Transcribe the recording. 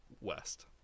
West